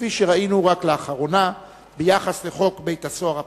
כפי שראינו רק לאחרונה ביחס לחוק בית-הסוהר הפרטי,